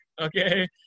Okay